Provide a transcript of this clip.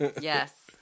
Yes